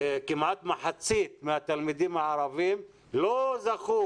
כמעט מחצית מהתלמידים הערבים לא זכו